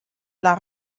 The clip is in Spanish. las